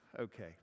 okay